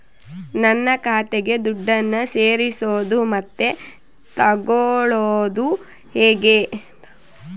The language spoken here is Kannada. ನನ್ನ ಖಾತೆಗೆ ದುಡ್ಡನ್ನು ಸೇರಿಸೋದು ಮತ್ತೆ ತಗೊಳ್ಳೋದು ಹೇಗೆ?